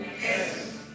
Yes